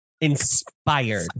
Inspired